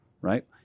right